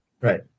Right